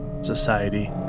Society